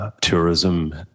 tourism